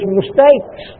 mistakes